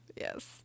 Yes